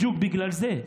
בדיוק בגלל זה,